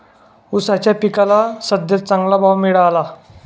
ऊसाच्या पिकाला सद्ध्या चांगला भाव मिळाला